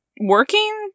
working